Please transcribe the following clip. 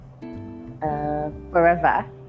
forever